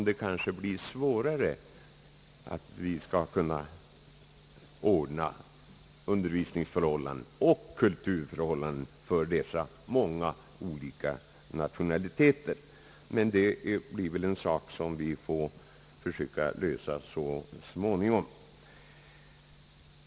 Det kanske blir svårare att ordna undervisningsförhållanden och kulturförhållanden för dessa många olika nationaliteter. Det är väl en sak som vi får försöka lösa så småningom.